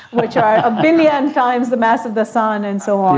which are a billion times the mass of the sun and so on.